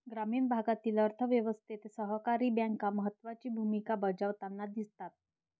ग्रामीण भागातील अर्थ व्यवस्थेत सहकारी बँका महत्त्वाची भूमिका बजावताना दिसतात